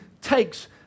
takes